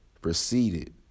Proceeded